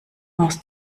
aus